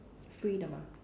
free 的 mah